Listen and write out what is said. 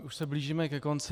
Už se blížíme ke konci.